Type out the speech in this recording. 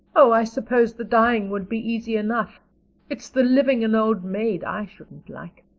oh, i suppose the dying would be easy enough it's the living an old maid i shouldn't like,